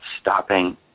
stopping